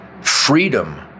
freedom